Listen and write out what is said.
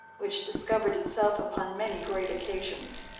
which discovered itself upon many great occasions.